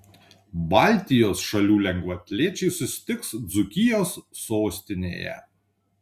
baltijos šalių lengvaatlečiai susitiks dzūkijos sostinėje